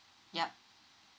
yup